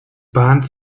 bahnt